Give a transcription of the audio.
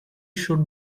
should